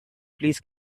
please